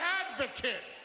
advocate